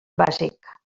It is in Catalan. bàsic